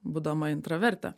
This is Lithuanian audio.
būdama intraverte